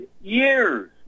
years